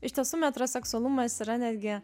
iš tiesų metro seksualumas yra netgi